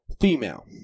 female